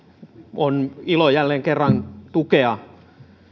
on ilo jälleen kerran tukea